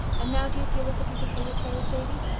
and now do you feel as if you could say your prayers, davy?